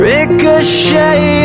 Ricochet